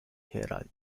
herald